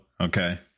Okay